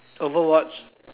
Overwatch